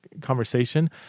conversation